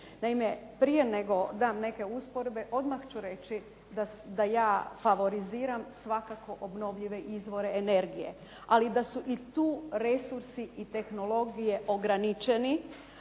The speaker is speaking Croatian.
Naime, prije nego dam neke usporedbe odmah ću reći da ja favoriziram svakako obnovljive izvore energije ali da su i tu resursi i tehnologije ograničeni